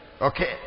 Okay